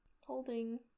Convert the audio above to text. Holding